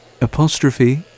Apostrophe